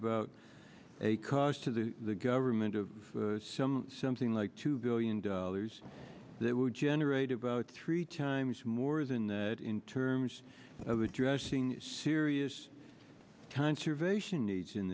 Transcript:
about a cost to the government of some something like two billion dollars that would generate about three times more than that in terms of addressing serious conservation needs in